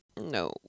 No